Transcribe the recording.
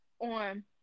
on